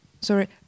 Sorry